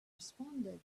responded